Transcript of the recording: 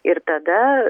ir tada